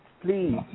Please